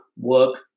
work